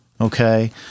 okay